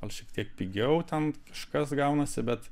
gal šiek tiek pigiau ten kažkas gaunasi bet